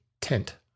tent